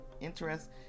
interest